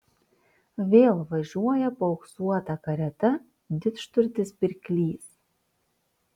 vėl važiuoja paauksuota karieta didžturtis pirklys